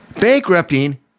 Bankrupting